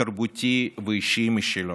תרבותי ואישי משלו.